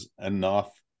enough